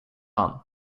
han